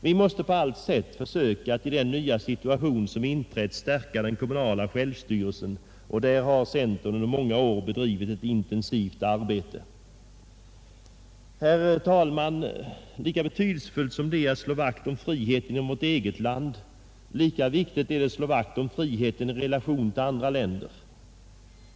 Vi måste på allt sätt försöka att i den nya situation som inträtt stärka den kommunala självstyrelsen, och därvidlag har centern under många år bedrivit ett intensivt arbete. Herr talman! Lika betydelsefullt som det är att slå vakt om friheten inom vårt eget land, lika viktigt är det att slå vakt om friheten i relation till andra länder.